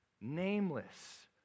nameless